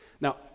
Now